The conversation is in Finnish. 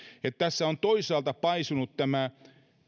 että tässä on paisunut tämä